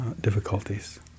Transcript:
difficulties